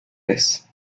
vez